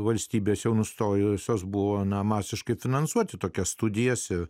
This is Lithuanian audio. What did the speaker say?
valstybės jau nustojusios buvo na masiškai finansuoti tokias studijas ir